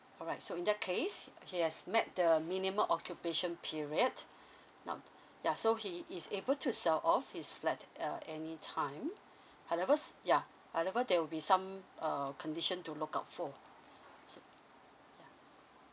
alright so in that case he has met the minimum occupation period now yeah so he is able to sell off his flat uh any time however yeah however there will be some uh condition to look out for so yeah